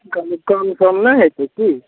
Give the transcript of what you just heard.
कनि कम सम नहि हेतय की